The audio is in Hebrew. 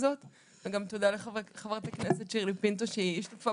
תודה גם לחברת הכנסת שירלי פינטו שהשתתפה